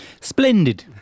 Splendid